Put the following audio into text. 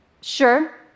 Sure